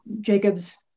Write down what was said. Jacob's